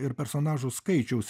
ir personažų skaičiaus